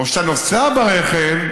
או שאתה נוסע ברכב,